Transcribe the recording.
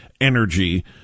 energy